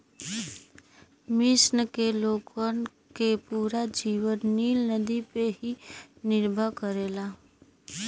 मिस्र के लोगन के पूरा जीवन नील नदी पे ही निर्भर करेला